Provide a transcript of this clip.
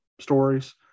stories